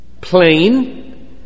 plain